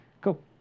Cool